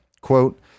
Quote